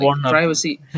privacy